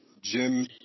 Jim